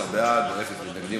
13 בעד, אין מתנגדים.